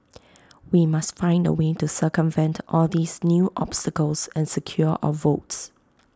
we must find A way to circumvent all these new obstacles and secure our votes